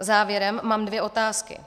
Závěrem mám dvě otázky.